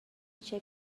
tgei